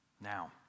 Now